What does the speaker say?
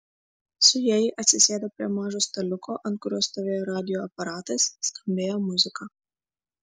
su ja ji atsisėdo prie mažo staliuko ant kurio stovėjo radijo aparatas skambėjo muzika